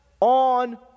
on